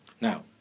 Now